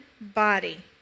body